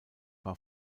war